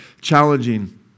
challenging